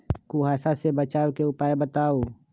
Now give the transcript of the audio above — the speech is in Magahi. कुहासा से बचाव के उपाय बताऊ?